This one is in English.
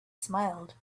smiled